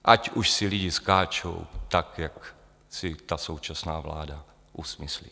Ať už si lidi skáčou tak, jak si ta současná vláda usmyslí.